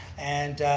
and